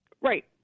Right